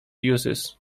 uses